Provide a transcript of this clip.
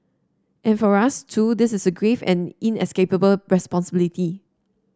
and for us too this is a grave and inescapable responsibility